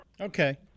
Okay